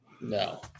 No